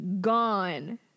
gone